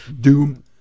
Doom